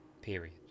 period